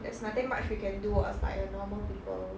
there's nothing much we can do [what] as like a normal people